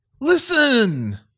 Listen